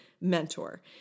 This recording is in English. mentor